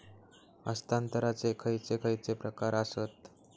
हस्तांतराचे खयचे खयचे प्रकार आसत?